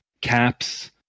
caps